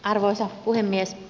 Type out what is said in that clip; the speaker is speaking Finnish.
arvoisa puhemies